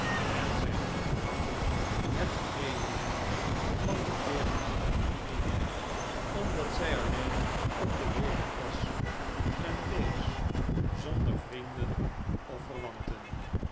en zij won gemakkelijk het medelijden van de teergevoelige amelia omdat zij alleen op de wereld was een wees zonder vrienden of